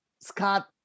Scott